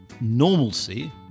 normalcy